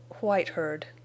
white-herd